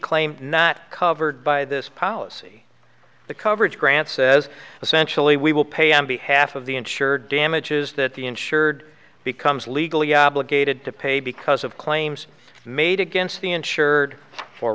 claim not covered by this policy the coverage grant says essentially we will pay on behalf of the insured damages that the insured becomes legally obligated to pay because of claims made against the insured for